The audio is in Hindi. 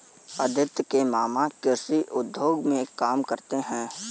अदिति के मामा कृषि उद्योग में काम करते हैं